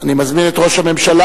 אני מזמין את ראש הממשלה,